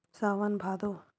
सावन भादो